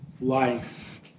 life